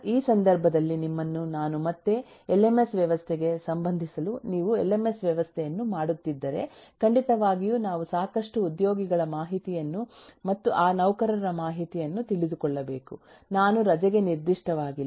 ಈ ಸಂದರ್ಭದಲ್ಲಿ ನಿಮ್ಮನ್ನು ನಾನು ಮತ್ತೆ ಎಲ್ಎಂಎಸ್ ವ್ಯವಸ್ಥೆಗೆ ಸಂಬಂಧಿಸಲು ನೀವು ಎಲ್ಎಂಎಸ್ ವ್ಯವಸ್ಥೆಯನ್ನು ಮಾಡುತ್ತಿದ್ದರೆ ಖಂಡಿತವಾಗಿಯೂ ನಾವು ಸಾಕಷ್ಟು ಉದ್ಯೋಗಿಗಳ ಮಾಹಿತಿಯನ್ನು ಮತ್ತು ಆ ನೌಕರರ ಮಾಹಿತಿಯನ್ನು ತಿಳಿದುಕೊಳ್ಳಬೇಕು ನಾನು ರಜೆಗೆ ನಿರ್ದಿಷ್ಟವಾಗಿಲ್ಲ